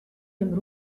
dem